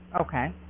Okay